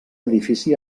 edifici